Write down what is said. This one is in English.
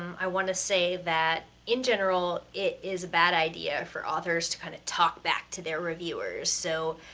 i wanna say that in general it is a bad idea for authors to kind of talk back to their reviewers, so